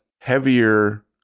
heavier